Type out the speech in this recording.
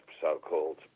so-called